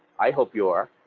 i hope you are.